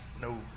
no